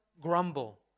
grumble